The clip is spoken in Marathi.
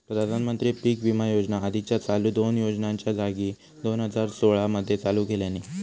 प्रधानमंत्री पीक विमा योजना आधीच्या चालू दोन योजनांच्या जागी दोन हजार सोळा मध्ये चालू केल्यानी